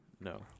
No